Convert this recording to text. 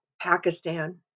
Pakistan